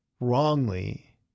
wrongly